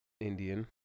Indian